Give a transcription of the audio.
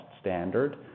standard